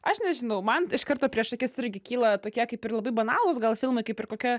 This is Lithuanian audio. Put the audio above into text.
aš nežinau man iš karto prieš akis irgi kyla tokie kaip ir labai banalūs gal filmai kaip ir kokia